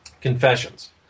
confessions